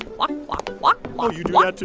and walk, walk, walk, walk. walk,